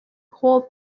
coal